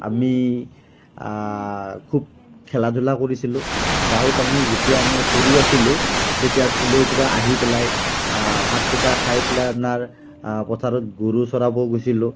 আমি খুব খেলা ধূলা কৰিছিলোঁ গাঁৱত আমি যেতিয়া আমি সৰু আছিলোঁ তেতিয়া স্কুলৰ পৰা আহি পেলাই ভাতকেইটা খাই পেলাই আপোনাৰ পথাৰত গৰু চৰাব গৈছিলোঁ